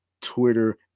Twitter